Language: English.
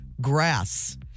grass